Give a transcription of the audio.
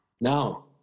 No